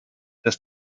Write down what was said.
dass